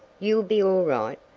you'll be all right.